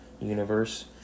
universe